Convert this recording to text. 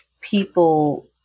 people